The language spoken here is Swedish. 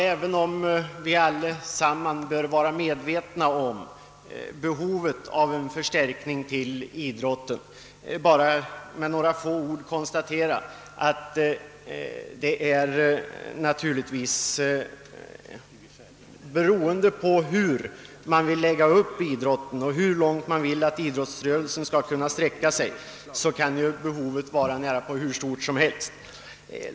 Även om vi allesammans bör vara medvetna om behovet av en förstärkning av anslaget till idrotten, vill jag ändå säga några ord om den saken. Behovets storlek sammanhänger naturligtvis med hur man vill lägga upp idrottsrörelsen och hur omfattande man vill göra dess verksamhet; behovet kan naturligtvis beroende härpå bli praktiskt taget hur stort som helst.